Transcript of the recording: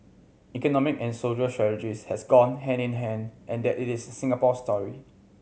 economic and social strategies have gone hand in hand and that it is Singapore story